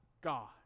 god